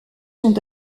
sont